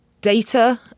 data